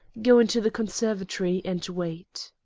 go into the conservatory and wait.